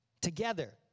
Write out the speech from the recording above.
Together